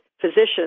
physicians